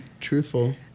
truthful